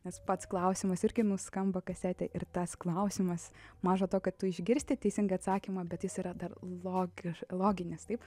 nes pats klausimas irgi skamba kasetėj ir tas klausimas maža to kad tu išgirsti teisingą atsakymą bet jis yra dar logišk loginis taip